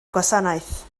gwasanaeth